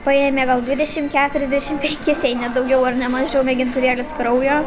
paėmė gal dvidešim keturiasdešim penkis jei ne daugiau ar nemažiau mėgintuvėlius kraujo